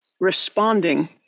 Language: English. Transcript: responding